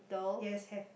yes have